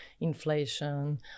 inflation